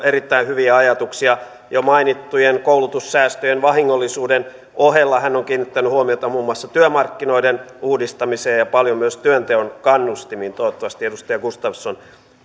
erittäin hyviä ajatuksia jo mainittujen koulutussäästöjen vahingollisuuden ohella hän on kiinnittänyt huomiota muun muassa työmarkkinoiden uudistamiseen ja paljon myös työnteon kannustimiin toivottavasti edustaja gustafsson